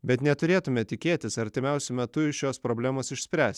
bet neturėtume tikėtis artimiausiu metu šios problemos išspręsti